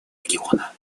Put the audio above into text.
региона